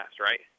right